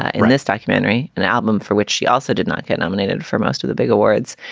ah in this documentary, an album for which she also did not get nominated for most of the big awards.